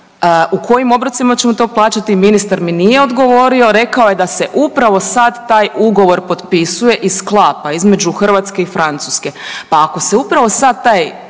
u kojim obrocima ćemo to plaćati. Ministar mi nije odgovorio. Rekao je da se upravo sada taj ugovor potpisuje i sklapa između Hrvatske i Francuske. Pa ako se upravo sada taj